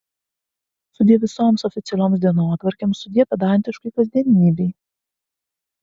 sudie visoms oficialioms dienotvarkėms sudie pedantiškai kasdienybei